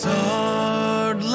hard